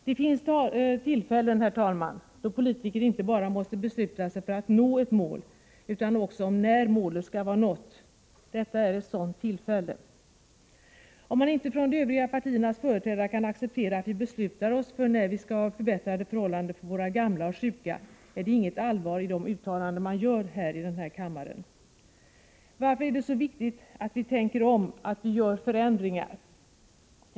Det finns tillfällen, herr talman, då politiker inte bara måste besluta sig för att nå ett mål utan också för när målet skall vara nått. Detta är ett sådant tillfälle. Om inte de övriga partiernas företrädare kan acceptera att vi beslutar oss för när vi skall ha förbättrat förhållandena för våra gamla och sjuka, är det inget allvar i de uttalanden man gör här i kammaren. Varför är det då så viktigt att vi tänker om, att vi gör förändringar?